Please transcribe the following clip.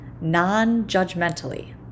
non-judgmentally